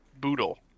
Boodle